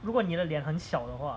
如果你的脸很小的话